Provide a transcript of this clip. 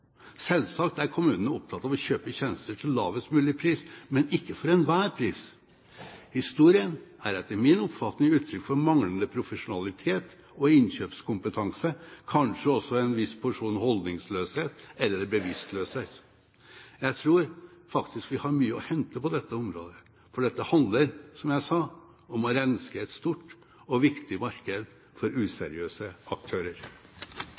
Selvsagt er kommunene opptatt av å kjøpe tjenester til lavest mulig pris, men ikke for enhver pris. Historien er etter min oppfatning uttrykk for manglende profesjonalitet og innkjøpskompetanse, kanskje også en viss porsjon holdningsløshet eller bevisstløshet. Jeg tror faktisk vi har mye å hente på dette området, for dette handler – som jeg sa – om å renske et stort og viktig marked for useriøse aktører.